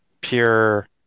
pure